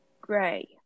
Gray